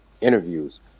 interviews